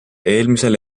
eelmisel